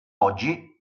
oggi